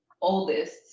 oldest